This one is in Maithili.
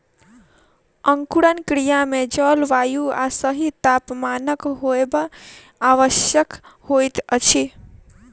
अंकुरण क्रिया मे जल, वायु आ सही तापमानक होयब आवश्यक होइत अछि